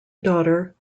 daughter